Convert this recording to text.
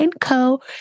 Co